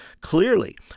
clearly